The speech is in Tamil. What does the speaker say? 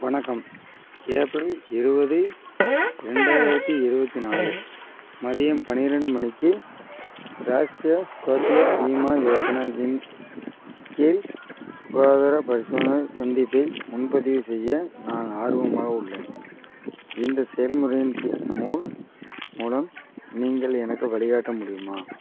வணக்கம் ஏப்ரல் இருபது ரெண்டாயிரத்து இருபத்தி நாலு மதியம் பன்னிரெண்டு மணிக்கு ராஷ்ட்ரிய ஸ்வஸ்திய பீமா யோஜனா இன் கீழ் சுகாதார பரிசோதனை சந்திப்பை முன்பதிவு செய்ய நான் ஆர்வமாக உள்ளேன் இந்த செயல்முறையின் கீழ் மூல் மூலம் நீங்கள் எனக்கு வழிகாட்ட முடியுமா